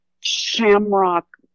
shamrock